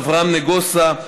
אברהם נגוסה,